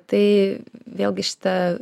tai vėlgi šitą